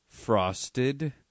Frosted